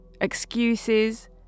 Excuses